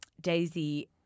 Daisy